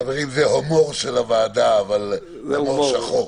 חברים, זה הומור של הוועדה, אבל הומור שחור.